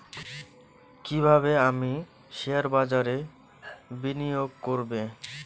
কিভাবে আমি শেয়ারবাজারে বিনিয়োগ করবে?